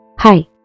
Hi